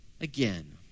again